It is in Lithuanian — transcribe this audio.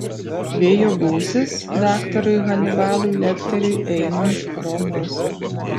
vėjo gūsis daktarui hanibalui lekteriui einant pro mus